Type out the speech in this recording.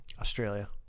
Australia